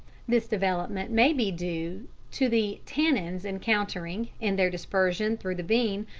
this development may be due to the tannins encountering, in their dispersion through the bean,